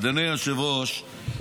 אדוני היושב-ראש,